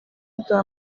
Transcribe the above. uduha